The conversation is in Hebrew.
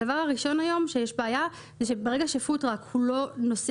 הדבר הראשון היום שיש בו בעיה הוא שברגע שפוד-טראק לא נוסע